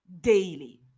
daily